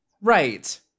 Right